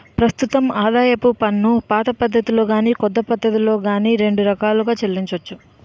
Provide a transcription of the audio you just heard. ప్రస్తుతం ఆదాయపు పన్నుపాత పద్ధతిలో గాని కొత్త పద్ధతిలో గాని రెండు రకాలుగా చెల్లించొచ్చు